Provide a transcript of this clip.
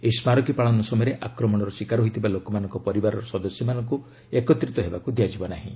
ଏହି ସ୍କାରକୀ ପାଳନ ସମୟରେ ଆକ୍ରମଣର ଶିକାର ହୋଇଥିବା ଲୋକମାନଙ୍କ ପରିବାରର ସଦସ୍ୟମାନଙ୍କୁ ଏକତ୍ରିତ ହେବାକୁ ଦିଆଯିବ ନାହିଁ